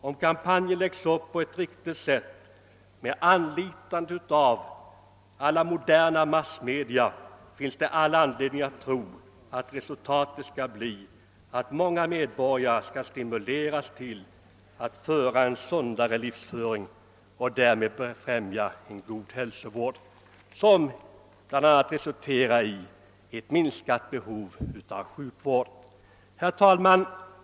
Om kampanjen läggs upp på ett riktigt sätt med anlitande av alla moderna massmedia, finns det all anledning tro att resultatet skall bli att många medborgare stimuleras till en sundare livsföring och att därmed en god hälsovård främjas, som bl.a. resulterar i ett minskat behov av sjukvård. Herr talman!